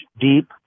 deep